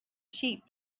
sheep